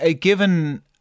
given